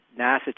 NASA